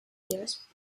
years